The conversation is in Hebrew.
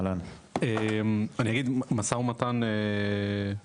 אני אגיד, משא ומתן התחיל,